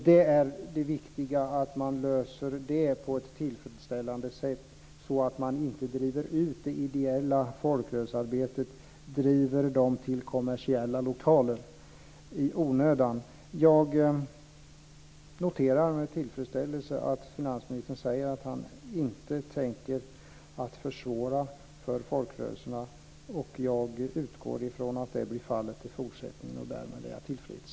Det viktiga är att man löser det här på ett tillfredsställande sätt, så att man inte driver ut det ideella folkrörelsearbetet till kommersiella lokaler i onödan. Jag noterar med tillfredsställelse att finansministern säger att han inte tänker försvåra för folkrörelserna. Jag utgår från att det blir fallet i fortsättningen, och därmed är jag tillfreds.